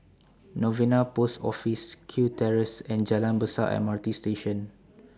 Novena Post Office Kew Terrace and Jalan Besar M R T Station